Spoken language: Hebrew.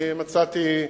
אני מצאתי,